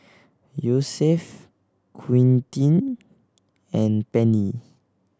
Yosef Quentin and Penni